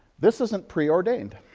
this isn't preordained.